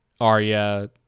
Arya